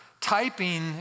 typing